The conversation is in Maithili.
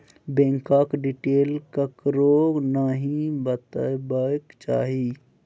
बैंकक डिटेल ककरो नहि बतेबाक चाही